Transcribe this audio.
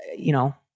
you know,